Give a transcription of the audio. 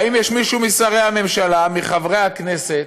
האם יש מישהו משרי הממשלה, מחברי הכנסת,